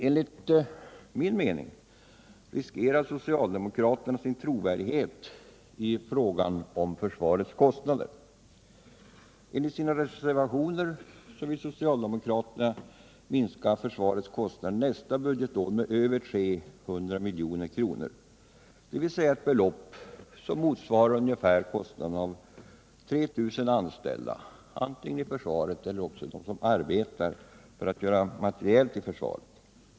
Socialdemokraterna riskerar enligt min mening sin trovärdighet i fråga om försvarets kostnader. Enligt sina reservationer vill socialdemekraterna minska försvarets kostnader nästa budgetår med över 300 milj.kr., dvs. ett belopp som ungefär motsvarar kostnaderna för 3 000 anställda — antingen anställda inom försvaret eller de som arbetar med att göra materiel till försvaret.